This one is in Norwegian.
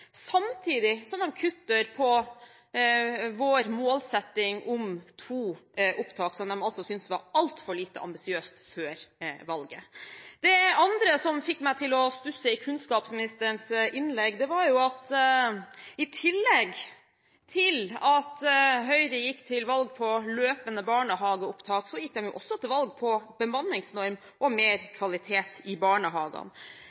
samtidig som de kutter på vår målsetting om to opptak, som de altså syntes var altfor lite ambisiøst før valget. Det andre som fikk meg til å stusse i kunnskapsministerens innlegg, var at i tillegg til at Høyre gikk til valg på løpende barnehageopptak, gikk de også til valg på bemanningsnorm og mer